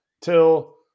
till